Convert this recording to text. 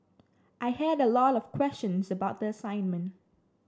I had a lot of questions about the assignment